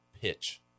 pitch